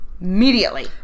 immediately